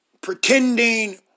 pretending